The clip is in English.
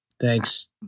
Thanks